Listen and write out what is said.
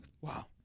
wow